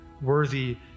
worthy